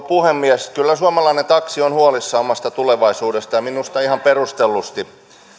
puhemies kyllä suomalainen taksi on huolissaan omasta tulevaisuudestaan ja minusta ihan perustellusti